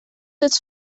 its